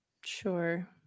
sure